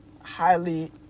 highly